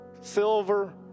silver